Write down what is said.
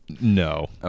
No